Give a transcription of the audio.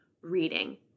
reading